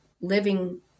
living